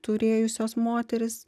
turėjusios moterys